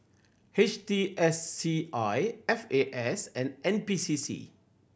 H T S C I F A S and N P C C